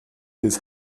des